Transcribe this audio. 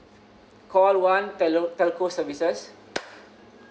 call one tel~ telco services